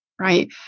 Right